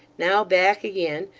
now back again,